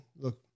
look